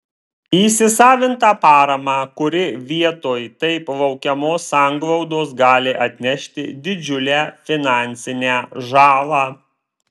įsisavintą paramą kuri vietoj taip laukiamos sanglaudos gali atnešti didžiulę finansinę žalą